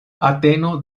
ateno